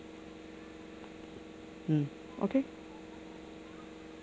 mm okay